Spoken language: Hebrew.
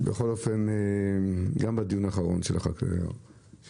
גם בדיון האחרון של פערי המחירים.